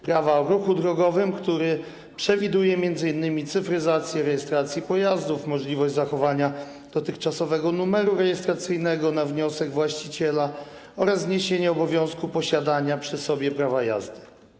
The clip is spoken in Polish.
Prawa o ruchu drogowym, który przewiduje m.in. cyfryzację rejestracji pojazdów, możliwość zachowania dotychczasowego numeru rejestracyjnego na wniosek właściciela oraz zniesienie obowiązku posiadania przy sobie prawa jazdy.